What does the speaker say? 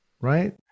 right